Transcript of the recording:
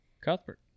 Cuthbert